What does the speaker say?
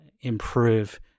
improve